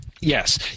Yes